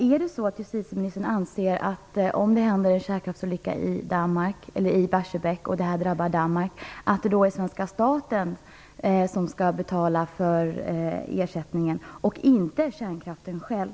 Anser justitieministern att, om det händer en kärnkraftsolycka i Barsebäck som drabbar Danmark, det då är svenska staten och inte kärnkraftverket självt som skall betala ersättningen?